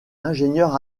ingénieur